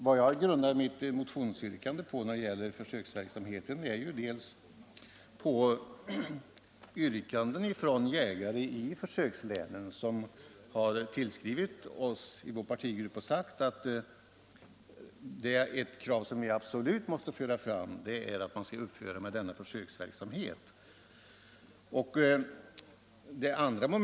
Vad jag grundar mitt motionsyrkande om försöksverksamheten på är bl.a. önskemål från jägare i försökslänen, som har tillskrivit vår partigrupp och sagt att ett krav som absolut måste föras fram är att denna försöksverksamhet skall upphöra.